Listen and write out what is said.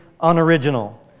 unoriginal